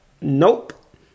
Nope